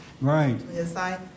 Right